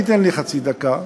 תן לי חצי דקה.